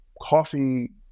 coffee